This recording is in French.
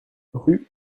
rue